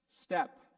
step